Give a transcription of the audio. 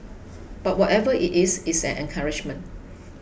but whatever it is it's an encouragement